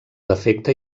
defecte